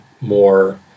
more